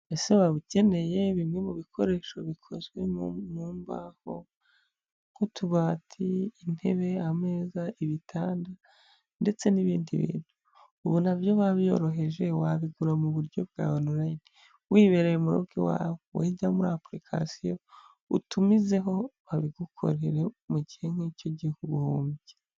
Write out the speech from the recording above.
Ese waba ukeneye bimwe mu bikoresho bikozwe mu mbaho nk'utubati, intebe, ameza, ibitanda ndetse n'ibindi bintu..... Ubu nabyo babyoroheje wabigura mu buryo bwa onurayini wibereye mu rugo iwa. Wowe jya muri apurikasiyo utumizeho babigukorere mu gihe nk'icyo guhumbya.